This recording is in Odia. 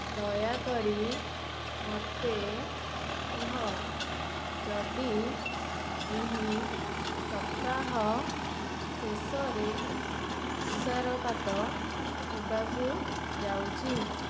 ଦୟାକରି ମୋତେ କୁହ ଯଦି ଏହି ସପ୍ତାହ ଶେଷରେ ତୁଷାରପାତ ହେବାକୁ ଯାଉଛି